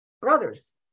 brothers